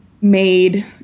made